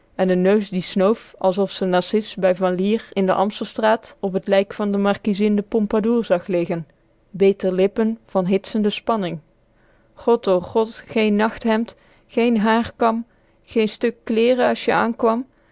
en n neus die snoof asof ze narciss bij van lier in de amstelstraat op t lijk van de markiezin de pompadour zag liggen beet op r lippen van hitsende spanning gotogot geen nachthemd geen haar geen stuk kleere as je aankwam